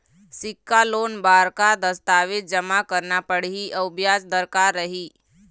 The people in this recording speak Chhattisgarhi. सिक्छा लोन बार का का दस्तावेज जमा करना पढ़ही अउ ब्याज दर का रही?